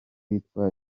yitwa